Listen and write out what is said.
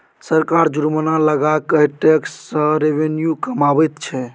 सरकार जुर्माना लगा कय टैक्स सँ रेवेन्यू कमाबैत छै